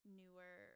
newer